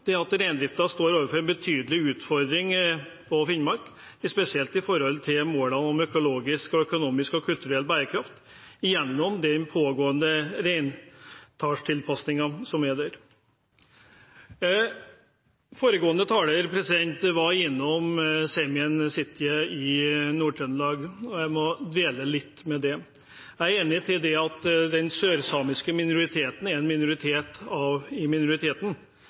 at reindriften står overfor en betydelig utfordring i Finnmark – spesielt når det gjelder målene om økologisk, økonomisk og kulturell bærekraft – gjennom den pågående reintallstilpasningen. Foregående taler var innom Saemien Sijte i Nord-Trøndelag. Jeg må dvele litt ved det. Jeg er enig i at den sørsamiske minoriteten er en minoritet i minoriteten.